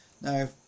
Now